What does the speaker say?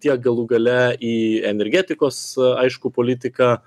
tiek galų gale į energetikos aišku politika